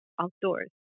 outdoors